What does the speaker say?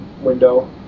window